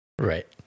Right